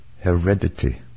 heredity